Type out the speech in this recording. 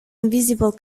invisible